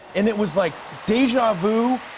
and it was like deja vu.